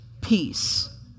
peace